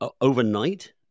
overnight